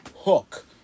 hook